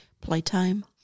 playtime